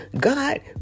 God